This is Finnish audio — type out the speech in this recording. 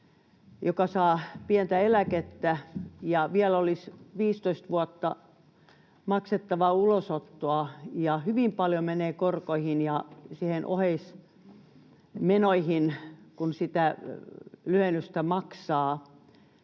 joka saa pientä eläkettä ja jolla vielä olisi 15 vuotta maksettava ulosottoa, ja hyvin paljon menee korkoihin ja oheismenoihin, kun sitä lyhennystä maksaa,